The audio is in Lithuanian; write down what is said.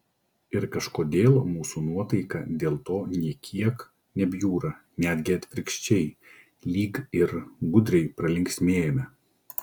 ir kažkodėl mūsų nuotaika dėl to nė kiek nebjūra netgi atvirkščiai lyg ir gudriai pralinksmėjame